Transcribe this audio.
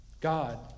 God